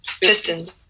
Pistons